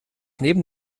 neben